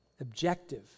Objective